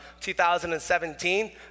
2017